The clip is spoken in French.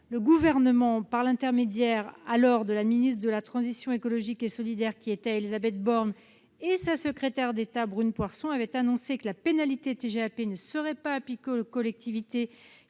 Le Gouvernement, par l'intermédiaire de la ministre de la transition écologique et solidaire, qui était alors Élisabeth Borne, et de sa secrétaire d'État Brune Poirson avait annoncé que la pénalité de TGAP ne serait pas appliquée aux collectivités